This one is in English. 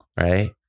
right